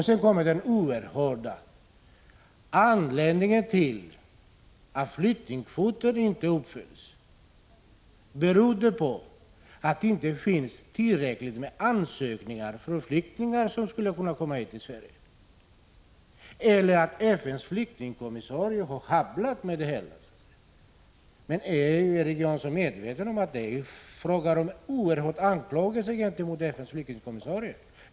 Sedan kommer det oerhörda: anledningen till att flyktingkvoten inte uppfylls är enligt Erik Janson att det inte finns tillräckligt med ansökningar från flyktingar som skulle kunna komma hit till Sverige eller att FN:s flyktingkommissarie har sjabblat. Är Erik Janson medveten om att det är en oerhörd anklagelse mot FN:s flyktingkommissarie?